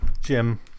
Jim